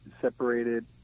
separated